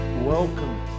welcome